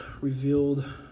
revealed